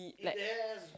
like